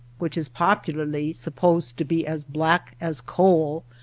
which is popularly supposed to be as black as coal,